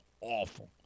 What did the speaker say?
awful